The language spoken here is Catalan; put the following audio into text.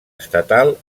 estatal